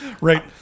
Right